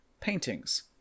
paintings